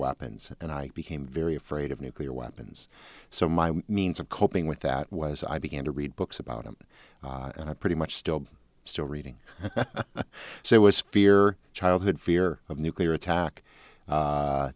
weapons and i became very afraid of nuclear weapons so my means of coping with that was i began to read books about them and i pretty much still still reading so it was fear childhood fear of nuclear attack